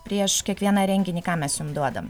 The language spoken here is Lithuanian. prieš kiekvieną renginį ką mes jum duodam